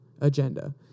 agenda